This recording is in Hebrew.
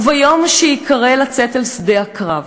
וביום שייקרא לצאת אל שדה הקרב,